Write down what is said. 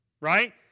right